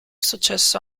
successo